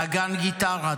נגן גיטרה,